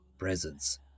presence